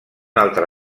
altre